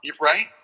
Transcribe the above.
Right